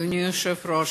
אדוני היושב-ראש,